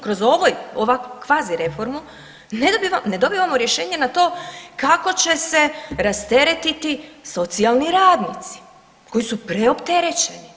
Kroz ovu kvazi reformu ne dobivamo rješenje na to kako će se rasteretiti socijalni radnici koji su preopterećeni?